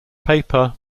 paper